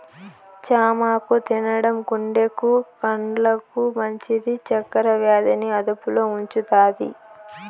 చామాకు తినడం గుండెకు, కండ్లకు మంచిది, చక్కర వ్యాధి ని అదుపులో ఉంచుతాది